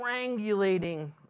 strangulating